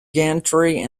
gantry